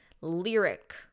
lyric